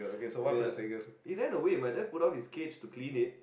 ya it ran away my dad pull down his cage to clean it